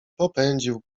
popędził